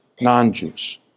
non-Jews